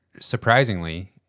surprisingly